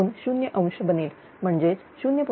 005∠0° बनेल म्हणजे 0